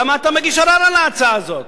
למה אתה מגיש ערר על ההצעה הזאת?